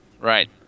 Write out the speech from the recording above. Right